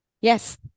Yes